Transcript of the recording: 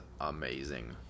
amazing